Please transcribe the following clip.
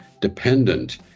dependent